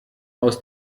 aus